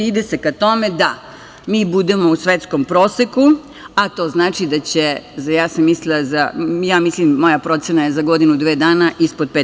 Ide se ka tome da mi budemo u svetskom proseku, a to znači da će, ja mislim, moja procena je za godinu, dve dana ispod 5%